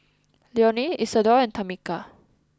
Leonie Isadore and Tamika